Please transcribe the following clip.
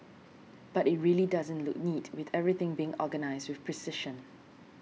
but it really doesn't look neat with everything being organised with precision